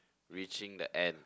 reaching the end